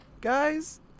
guys